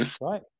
Right